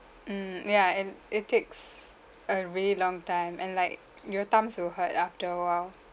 mm ya and it takes a really long time and like your thumbs will hurt after a while